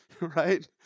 right